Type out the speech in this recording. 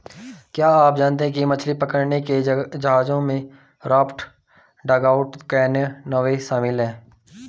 क्या आप जानते है मछली पकड़ने के जहाजों में राफ्ट, डगआउट कैनो, नावें शामिल है?